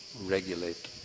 regulate